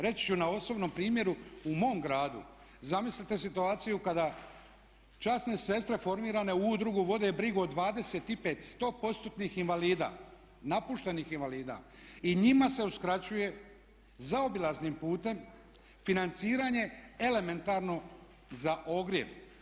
Reći ću na osobnom primjeru u mom gradu zamislite situaciju kada časne sestre formirane u udrugu vode brigu o 25 100%-nih invalida, napuštenih invalida i njima se uskraćuje zaobilaznim putem financiranje elementarno za ogrjev.